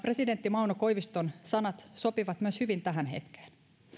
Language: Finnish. presidentti mauno koiviston sanat sopivat myös hyvin tähän hetkeen